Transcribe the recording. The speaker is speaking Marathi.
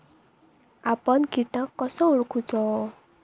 आपन कीटक कसो ओळखूचो?